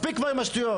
מספיק כבר עם השטויות.